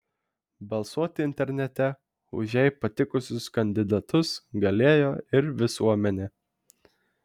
balsuoti internete už jai patikusius kandidatus galėjo ir visuomenė